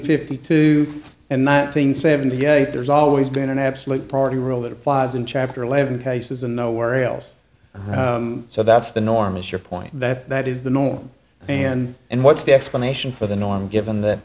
fifty two and not being seven to get it there's always been an absolute priority rule that applies in chapter eleven cases and nowhere else so that's the norm is your point that that is the norm and and what's the explanation for the norm given that